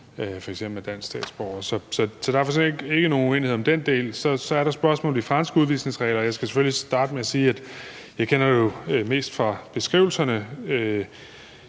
f.eks. er dansk statsborger. Så der er for så vidt ikke nogen uenighed om den del. Så er der spørgsmålet om de franske udvisningsregler. Jeg skal selvfølgelig starte med at sige, at jeg jo kender dem mest fra beskrivelserne;